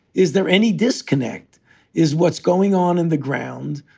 is there any disconnect is what's going on in the ground.